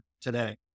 today